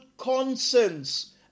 Conscience